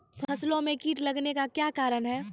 फसलो मे कीट लगने का क्या कारण है?